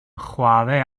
chware